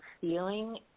feeling